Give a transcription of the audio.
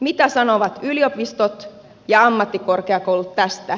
mitä sanovat yliopistot ja ammattikorkeakoulut tästä